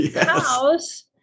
house